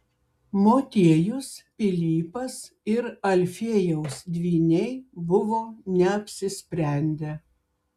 motiejus pilypas ir alfiejaus dvyniai buvo neapsisprendę